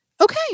okay